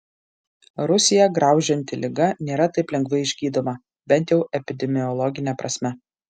rusiją graužianti liga nėra taip lengvai išgydoma bent jau epidemiologine prasme